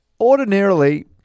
Ordinarily